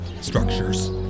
structures